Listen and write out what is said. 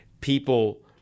people